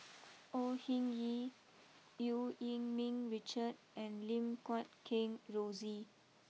Au Hing Yee Eu Yee Ming Richard and Lim Guat Kheng Rosie